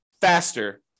faster